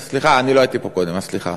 סליחה, אני לא הייתי פה קודם, אז סליחה.